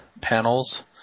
panels